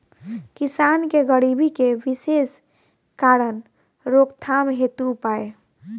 किसान के गरीबी के विशेष कारण रोकथाम हेतु उपाय?